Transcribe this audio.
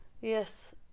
Yes